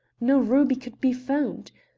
no ruby could be found.